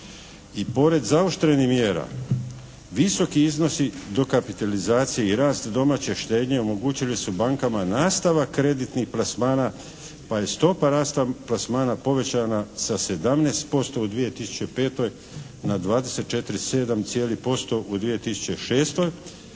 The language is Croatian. I pored zaoštrenih mjera visoki iznosi dokapitalizacije i rast domaće štednje omogućile su bankama nastavak kreditnih plasmana pa je stopa rasta plasmana povećana sa 17% u 2005. na 24,7% u 2006. i ako se